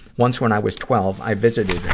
once, when i was twelve, i visited